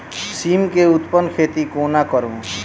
सिम केँ उन्नत खेती कोना करू?